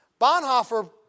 Bonhoeffer